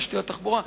תשתיות תחבורה,